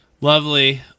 Lovely